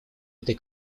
этой